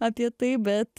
apie tai bet